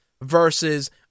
versus